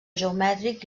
geomètric